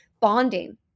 bonding